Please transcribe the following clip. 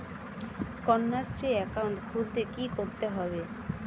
Kanyashree account খুলতে কী করতে হবে?